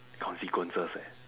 consequences eh